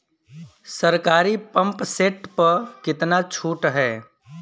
सरकारी pump set प कितना छूट हैं?